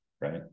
right